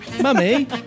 Mummy